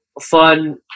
fun